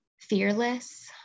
fearless